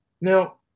Now